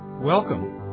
Welcome